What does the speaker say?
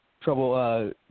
trouble